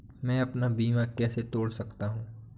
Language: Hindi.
मैं अपना बीमा कैसे तोड़ सकता हूँ?